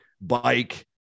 bike